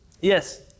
Yes